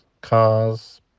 Cars